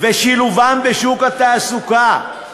ושילובם בשוק התעסוקה.